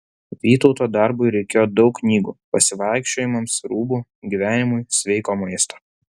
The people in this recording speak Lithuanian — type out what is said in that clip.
vytauto darbui reikėjo daug knygų pasivaikščiojimams rūbų gyvenimui sveiko maisto